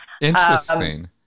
Interesting